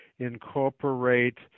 incorporate